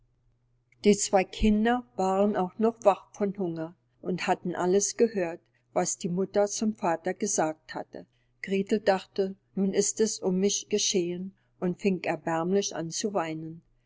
die zwei kinder waren auch noch wach von hunger und hatten alles gehört was die mutter zum vater gesagt hatte gretel dachte nun ist es um mich geschehen und fing erbärmlich an zu weinen